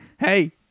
Hey